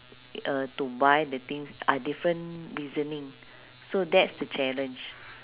uh to buy the things are different reasoning so that's the challenge